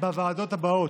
בוועדות האלה: